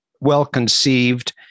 well-conceived